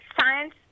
Science